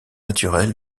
naturelle